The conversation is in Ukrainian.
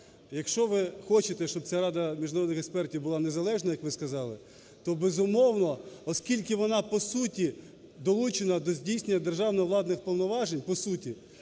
Якщо ви хочете, щоб ця Рада міжнародних експертів була незалежною, як ви сказали, то безумовно, оскільки вона по суті долучена до здійснення державних владних повноважень, по суті,